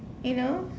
you know